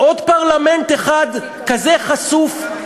עוד פרלמנט אחד כזה חשוף?